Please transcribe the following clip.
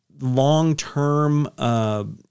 long-term